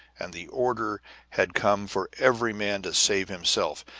and the order had come for every man to save himself,